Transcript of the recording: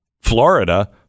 Florida